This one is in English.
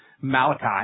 Malachi